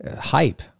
Hype